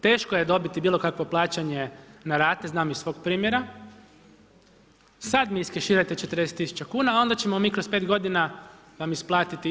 Teško je dobiti bilo kakvo plaćanje na rate, znam iz svog primjera, sada mi iskeširajte 40 tisuća kuna a onda ćemo mi kroz 5 godina vam isplatiti.